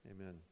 Amen